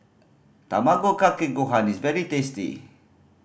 Tamago Kake Gohan is very tasty